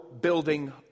building